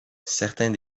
certains